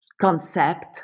concept